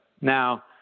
Now